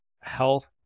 health